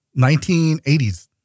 1980s